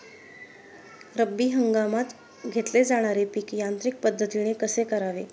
रब्बी हंगामात घेतले जाणारे पीक यांत्रिक पद्धतीने कसे करावे?